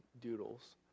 doodles